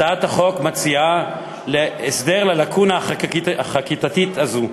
הצעת החוק מציעה הסדר ללקונה החקיקתית הזאת.